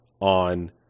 on